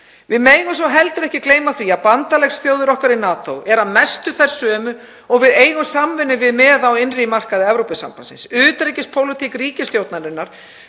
Við megum heldur ekki gleyma því að bandalagsþjóðir okkar í NATO eru að mestu þær sömu og við eigum samvinnu við á innri markaði Evrópusambandsins. Utanríkispólitík ríkisstjórnarinnar